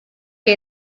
que